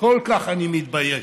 כל כך אני מתבייש